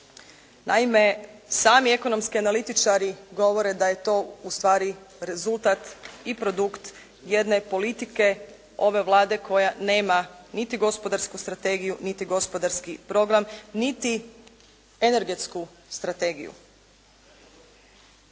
Naime sami ekonomski analitičari govore da je to ustvari rezultat i produkt jedne politike ove Vlade koja nema niti gospodarsku strategiju niti gospodarski program niti energetsku strategiju.